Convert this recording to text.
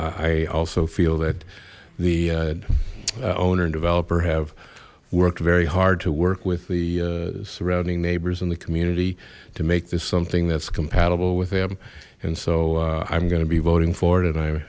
i also feel that the owner and developer have worked very hard to work with the surrounding neighbors in the community to make this something that's compatible with them and so i'm gonna be voting for it and i